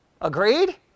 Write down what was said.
Agreed